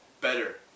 Better